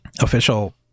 official